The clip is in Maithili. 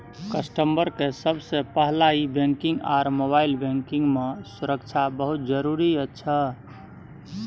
कस्टमर के सबसे पहला ई बैंकिंग आर मोबाइल बैंकिंग मां सुरक्षा बहुत जरूरी अच्छा